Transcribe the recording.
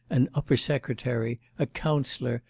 and upper-secretary, a councillor,